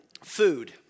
food